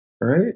right